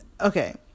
okay